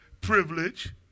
privilege